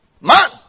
Man